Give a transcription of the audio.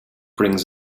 brings